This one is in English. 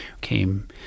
came